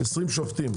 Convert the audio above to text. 20 שופטים.